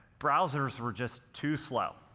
browsers were just too slow.